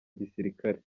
gisirikare